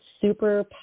super